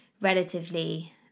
relatively